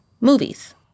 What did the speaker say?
movies